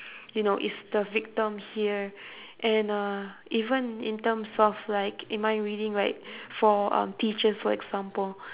you know is the victim here and uh even in terms of like in mind reading right for um teachers for example